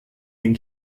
den